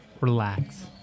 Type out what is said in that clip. Relax